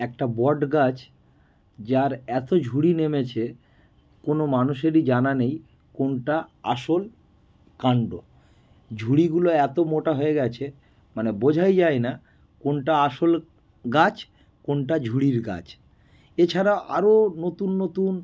একটা বট গাছ যার এতো ঝুড়ি নেমেছে কোনো মানুষেরই জানা নেই কোনটা আসল কান্ড ঝুড়িগুলো এতো মোটা হয়ে গেছে মানে বোঝাই যায় না কোনটা আসল গাছ কোনটা ঝুড়ির গাছ এছাড়া আরও নতুন নতুন